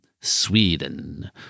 sweden